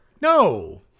No